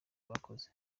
bakoze